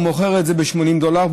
הוא מוכר את זה ב-80 דולר,